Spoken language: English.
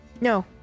No